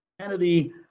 Kennedy